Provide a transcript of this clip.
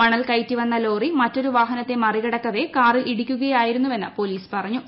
മണൽ കയറ്റിവന്ന ലോറി മറ്റൊരു വാഹനത്തെ മറികടക്കവേ കാറിൽ ഇടിക്കുകയായിരുന്നുവെന്ന് പൊലീസ് പറഞ്ഞു